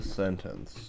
sentence